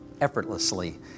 effortlessly